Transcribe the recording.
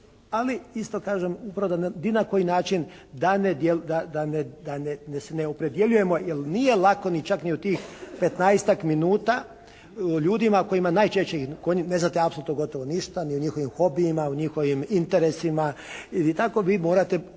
ali isto kažem upravo ni na koji način da ne, da se ne opredjeljujemo jer nije lako čak ni u tih 15-tak minuta ljudima o kojima najčešće ne znate apsolutno gotovo ništa, ni o njihovim hobijima, o njihovim interesima i tako vi morate